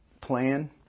plan